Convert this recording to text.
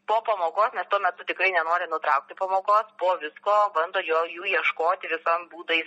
po pamokos nes tuo metu tikrai nenori nutraukti pamokos po visko bando jo jų ieškoti visom būdais